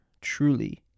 truly